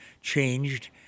changed